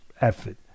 effort